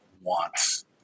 wants